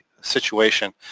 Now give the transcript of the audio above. situation